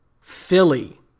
Philly